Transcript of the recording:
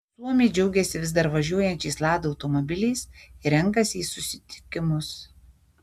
suomiai džiaugiasi vis dar važiuojančiais lada automobiliais ir renkasi į susitikimus